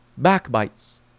backbites